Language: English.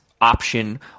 option